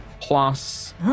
plus